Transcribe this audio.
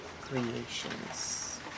creations